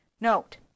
Note